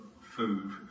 food